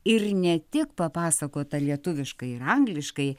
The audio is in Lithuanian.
ir ne tik papasakota lietuviškai ir angliškai